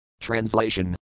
Translation